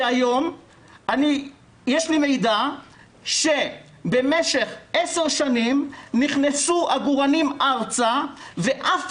שיש לי מידע שבמשך 10 שנים נכנסו עגורנים ארצה ואף